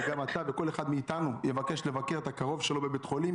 וגם אתה וכל אחד מאתנו יבקש לבקר את הקרוב שלו לבית חולים,